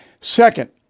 Second